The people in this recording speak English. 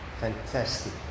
Fantastic